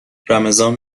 رمضان